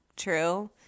True